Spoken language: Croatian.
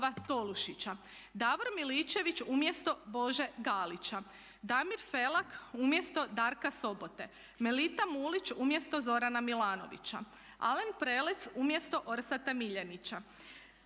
Davor Miličević umjesto Bože Galića, Damir Felak umjesto Darka Sobote, Melita Mulić umjesto Zorana Milanovića, Alen Prelec umjesto Orsata Miljenića,